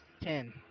Ten